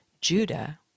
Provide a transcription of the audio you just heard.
Judah